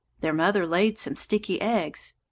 their mother laid some sticky eggs,